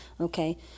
Okay